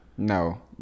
No